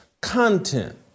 content